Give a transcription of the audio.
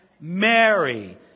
Mary